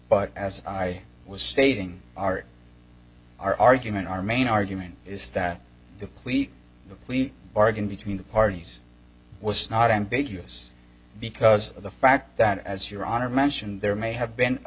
but as i was stating our argument our main argument is that the we we bargain between the parties was not ambiguous because of the fact that as your honor mentioned there may have been a